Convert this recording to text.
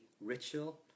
ritual